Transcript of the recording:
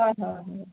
হয় হয় হয়